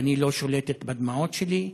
ואני לא שולטת בדמעות שלי.